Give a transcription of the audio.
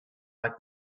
like